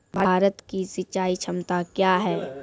भारत की सिंचाई क्षमता क्या हैं?